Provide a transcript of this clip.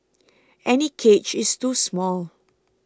any cage is too small